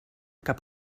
cap